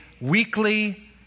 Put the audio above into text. weekly